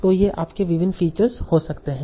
तो ये आपके विभिन्न फीचर्स हो सकते हैं